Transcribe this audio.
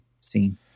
seen